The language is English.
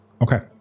okay